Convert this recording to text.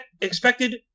expected